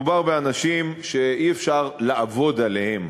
מדובר באנשים שאי-אפשר לעבוד עליהם.